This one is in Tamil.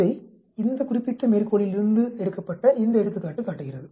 இதை இந்த குறிப்பிட்ட மேற்கோளிலிருந்து இருந்து எடுக்கப்பட்ட இந்த எடுத்துக்காட்டு காட்டுகிறது